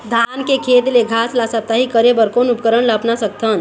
धान के खेत ले घास ला साप्ताहिक करे बर कोन उपकरण ला अपना सकथन?